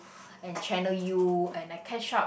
and Channel U and I catch up